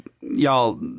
y'all –